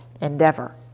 endeavor